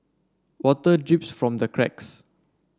water drips from the cracks